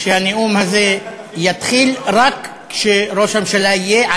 שהנאום הזה יתחיל רק כשראש הממשלה יהיה,